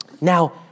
Now